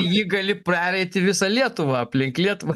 jį gali pereiti visą lietuvą aplink lietuvą